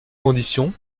conditions